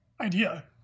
idea